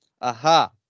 Aha